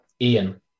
Ian